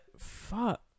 fuck